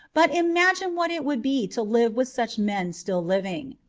but imagine what it would be to live with such men still living.